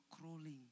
crawling